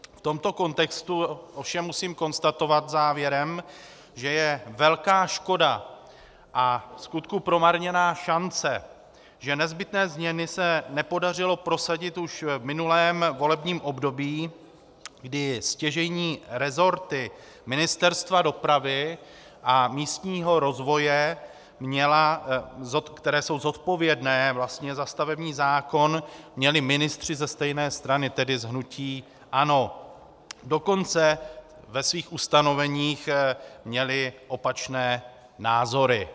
V tomto kontextu ovšem musím konstatovat závěrem, že je velká škoda a vskutku promarněná šance, že nezbytné změny se nepodařilo prosadit už v minulém volebním období, kdy stěžejní resorty ministerstev dopravy a místního rozvoje, která jsou zodpovědná za stavební zákon, měli ministři ze stejné strany, tedy z hnutí ANO, a dokonce ve svých ustanoveních měli opačné názory.